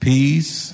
Peace